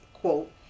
quote